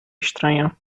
estranha